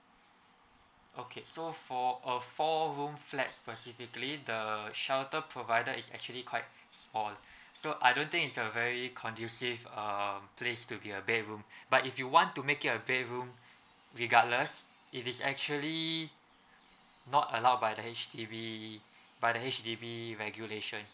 okay so for a four room flat specifically the shelter provided is actually quite small so I don't think it's a very conducive um place to be a bedroom but if you want to make it a bedroom regardless it is actually not allowed by the H_D_B by the H_D_B regulations